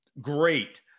great